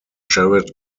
jarrett